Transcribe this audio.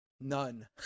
None